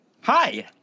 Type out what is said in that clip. Hi